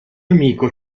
amico